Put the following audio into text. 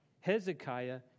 Hezekiah